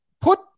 put